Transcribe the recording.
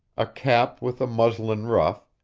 a cap with a muslin ruff,